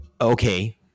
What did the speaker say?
okay